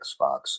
Xbox